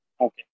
Okay